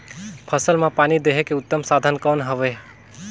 फसल मां पानी देहे के उत्तम साधन कौन हवे?